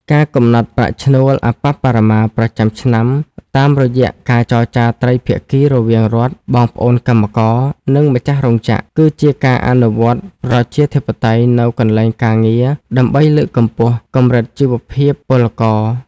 ការកំណត់ប្រាក់ឈ្នួលអប្បបរមាប្រចាំឆ្នាំតាមរយៈការចរចាត្រីភាគីរវាងរដ្ឋ បងប្អូនកម្មករ និងម្ចាស់រោងចក្រ គឺជាការអនុវត្តប្រជាធិបតេយ្យនៅកន្លែងការងារដើម្បីលើកកម្ពស់កម្រិតជីវភាពពលករ។